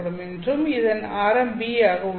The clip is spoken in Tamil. என்றும் இதன் ஆரம் b ஆக உள்ளது